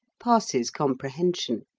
passes comprehension.